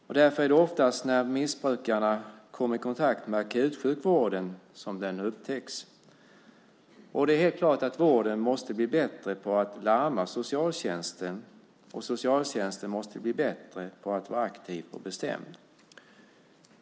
Det är därför oftast när missbrukarna kommer i kontakt med akutsjukvården som den upptäcks. Det är helt klart att vården måste bli bättre på att larma socialtjänsten, och socialtjänsten måste bli bättre på att vara aktiv och bestämd.